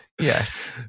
yes